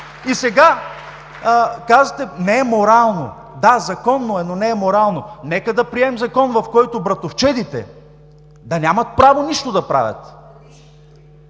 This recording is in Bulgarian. и сега казвате: „Не е морално!“. Да, законно е, но не е морално. Нека да приемем закон, в който братовчедите да нямат право нищо да правят.